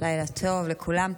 לילה טוב לכולם.